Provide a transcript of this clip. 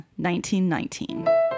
1919